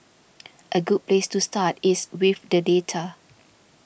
a good place to start is with the data